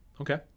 Okay